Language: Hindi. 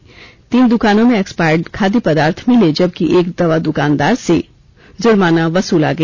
इस दौरान तीन द्कानों में एक्सपायर्ड खाद्य पदार्थ मिले जबकि एक दवा द्वकानदार से जुर्माना वसूला गया